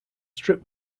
strip